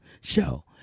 show